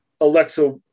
Alexa